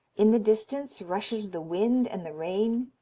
in the distance rushes the wind and the rain,